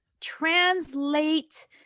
translate